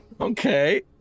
Okay